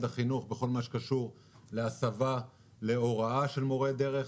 החינוך בכל הקשור להסבה להוראה של מורי דרך.